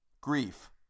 Grief